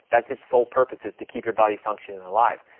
that's its sole purpose is to keep your body functioning and alive.